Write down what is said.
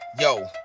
Yo